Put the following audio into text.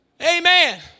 Amen